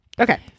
Okay